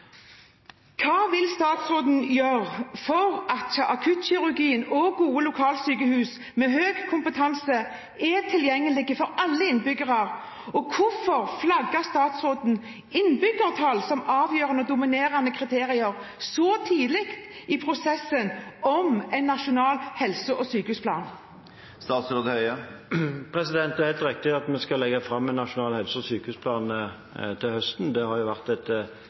Hva vil statsråden gjøre for at akuttkirurgien og gode lokalsykehus med høy kompetanse er tilgjengelig for alle innbyggere? Og hvorfor flagger statsråden innbyggertall som et avgjørende, dominerende kriterium så tidlig i prosessen om en nasjonal helse- og sykehusplan? Det er helt riktig at vi skal legge fram en nasjonal helse- og sykehusplan til høsten. Det har vært et etterlengtet arbeid. I den sammenheng vil akuttilbudet og de prehospitale tjenestene være et